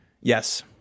yes